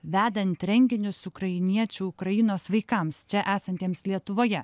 vedant renginius ukrainiečių ukrainos vaikams čia esantiems lietuvoje